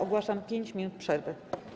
Ogłaszam 5 minut przerwy.